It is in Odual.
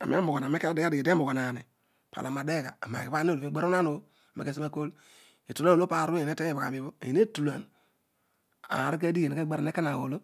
ani aroog hon eedi edeghe radeghe ani anog hon eedi edeghe radeghe ani anogho inani paar olo ana ina deghega opo aar olo ani holooro igbaiahua obho miha kia si panbho ghol etulan oolo paro bho eena heteny oobaghanio bho eena etulaan aar olo kadighi eaa ke ghara huah oolo